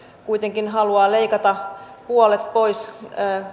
kuitenkin haluaa leikata puolet pois